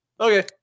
Okay